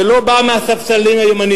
זה לא בא מהספסלים הימניים,